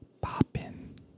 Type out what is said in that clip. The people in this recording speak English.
popping